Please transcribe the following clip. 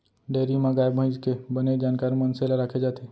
dairy म गाय भईंस के बने जानकार मनसे ल राखे जाथे